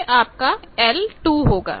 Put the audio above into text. यह आपका l2 होगा